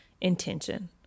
Intention